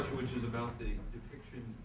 which is about the depiction